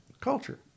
culture